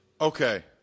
Okay